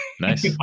Nice